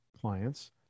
clients